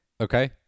Okay